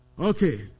Okay